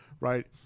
right